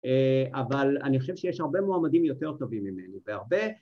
‫אה…אבל אני חושב שיש הרבה ‫מועמדים יותר טובים ממנו, והרבה...